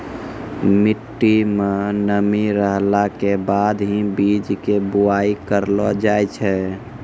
मिट्टी मं नमी रहला के बाद हीं बीज के बुआई करलो जाय छै